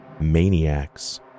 maniacs